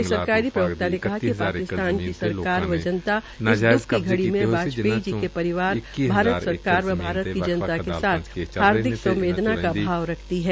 एक सरकारी प्रवक्ता ने कहा कि पाकिस्तान की सरकार व जनता इस द्रख की घड़ी में वाजपेयी जी के परिवार भारत सरकार व भारत की जनता के साथ हार्दिक संवदेना का भाव रखती है